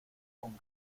con